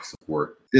support